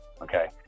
Okay